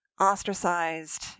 ostracized